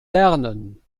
lernen